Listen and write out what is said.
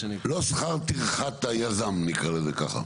לא שכר טרחת היזם, נקרא לזה ככה.